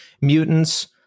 Mutants